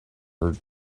her